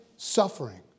suffering